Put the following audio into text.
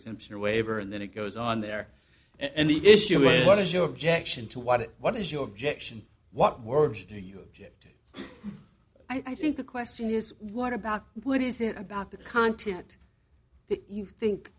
exemption waiver and then it goes on there and the issue is what is your objection to what it what is your objection what words do you object i think the question is what about what is it about the content that you think